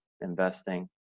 investing